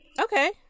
okay